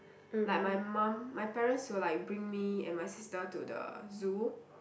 like my mum my parents will like bring me and my sister to the zoo